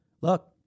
Look